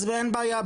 אז אין בעיה,